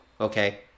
okay